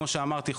כמו שאמרתי,